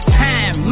time